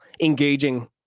engaging